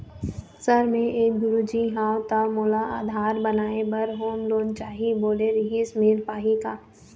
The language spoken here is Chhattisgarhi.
सर मे एक गुरुजी हंव ता मोला आधार बनाए बर होम लोन चाही बोले रीहिस मील पाही का?